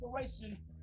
inspiration